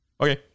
okay